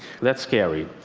that's scary.